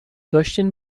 داشتین